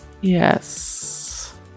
Yes